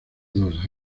dos